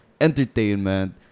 entertainment